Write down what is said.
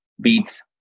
beats